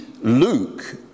Luke